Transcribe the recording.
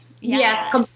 Yes